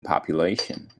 population